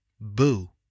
Boo